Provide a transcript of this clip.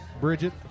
Bridget